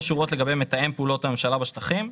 שורות לגבי מתאם פעולות הממשלה בשטחים,